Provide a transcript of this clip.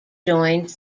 joined